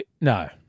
No